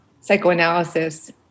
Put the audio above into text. psychoanalysis